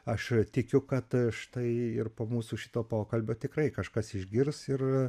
aš tikiu kad štai ir po mūsų šito pokalbio tikrai kažkas išgirs ir